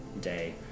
day